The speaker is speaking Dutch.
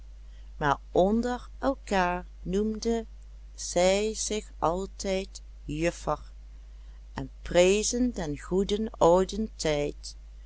onder elkaar noemden zij zich altijd juffer en prezen den goeden ouden tijd